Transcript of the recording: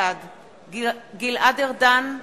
בעד גלעד ארדן,